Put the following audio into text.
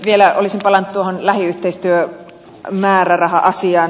vielä olisin palannut tuohon lähiyhteistyömääräraha asiaan